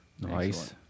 Nice